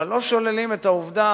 אבל לא שוללים את העובדה